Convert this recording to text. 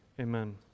Amen